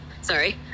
Sorry